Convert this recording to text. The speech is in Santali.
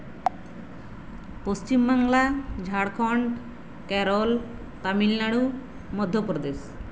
ᱯᱚᱥᱪᱤᱢ ᱵᱟᱝᱞᱟ ᱡᱷᱟᱲᱠᱷᱚᱸᱰ ᱠᱮᱨᱚᱞ ᱛᱟᱢᱤᱞᱱᱟᱲᱩ ᱢᱚᱫᱽᱫᱷᱚᱯᱨᱚᱫᱮᱥ